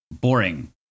boring